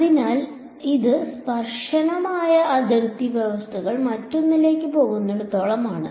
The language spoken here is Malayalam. അതിനാൽ ഇത് സ്പർശനപരമായ അതിർത്തി വ്യവസ്ഥകൾ മറ്റൊന്നിലേക്ക് പോകുന്നിടത്തോളം ആണ്